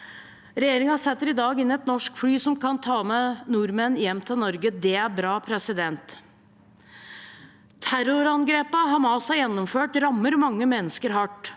Regjeringen setter i dag inn et norsk fly som kan ta med nordmenn hjem til Norge. Det er bra. Terrorangrepene Hamas har gjennomført, rammer mange mennesker hardt.